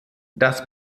das